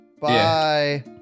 Bye